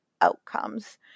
outcomes